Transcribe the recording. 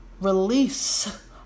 Release